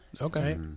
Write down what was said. Okay